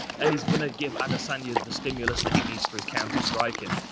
and he's gonna give adesanya the stimulus that he needs for his counter striking.